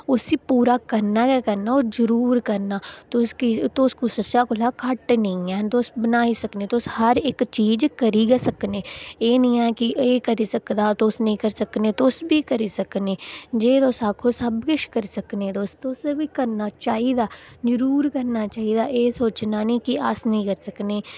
उसी पूरा करना गै करना होर जरूर करना तुस कीऽ तुस कुसै कोला घट्ट नेईं है'न तुस बनाई सकने तुस हर इक्क चीज़ करी गै सकने एह् निं ऐ कि एह् करी सकदा तुस नेईं करी सकने तुस बी करी सकने जे तुस आक्खो सब किश करी सकने तुसें बी करना चाहिदा जरूर करना चाहिदा एह् सोचना निं की अस नेईं करी सकने